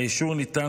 האישור ניתן,